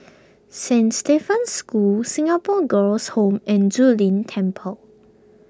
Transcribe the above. Saint Stephen's School Singapore Girls' Home and Zu Lin Temple